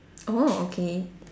oh okay